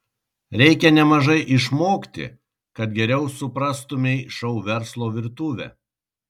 reikia nemažai išmokti kad geriau suprastumei šou verslo virtuvę